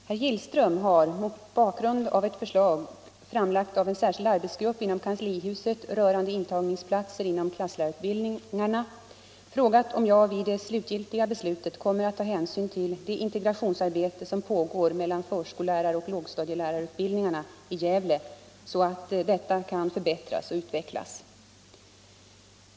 Herr talman! Herr Gillström har, mot bakgrund av ett förslag framlagt av en särskild arbetsgrupp inom kanslihuset rörande intagningsplatser inom klasslärarutbildningarna, frågat om jag vid det slutgiltiga beslutet kommer att ta hänsyn till det integrationsarbete som pågår mellan förskolläraroch lågstadielärarutbildningarna i Gävle så att detta kan förbättras och utvecklas.